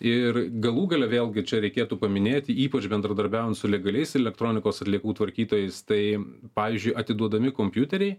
ir galų gale vėlgi čia reikėtų paminėti ypač bendradarbiaujant su legaliais elektronikos atliekų tvarkytojais tai pavyzdžiui atiduodami kompiuteriai